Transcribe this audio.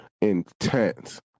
intense